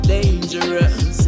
Dangerous